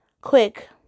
Quick